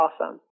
awesome